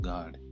God